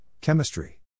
Chemistry